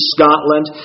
Scotland